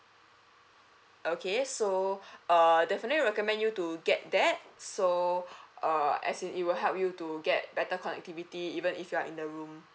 okay so err definitely recommend you to get that so err as it will help you to get better connectivity even if you're in the room